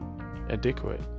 adequate